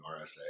RSA